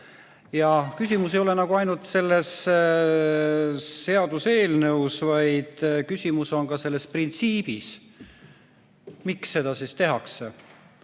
Küsimus ei ole ainult selles seaduseelnõus, vaid küsimus on ka selles printsiibis, miks seda tehakse.